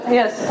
yes